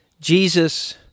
Jesus